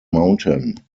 mountain